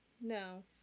No